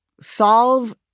solve